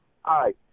Hi